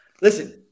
listen